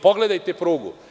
Pogledajte prugu.